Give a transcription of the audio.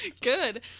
Good